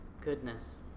goodness